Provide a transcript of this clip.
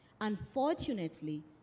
Unfortunately